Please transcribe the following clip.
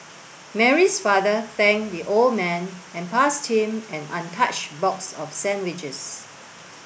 Mary's father thanked the old man and passed him an untouched box of sandwiches